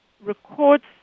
records